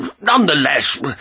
Nonetheless